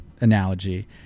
analogy